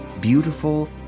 beautiful